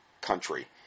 country